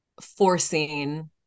forcing